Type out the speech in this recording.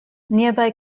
nearby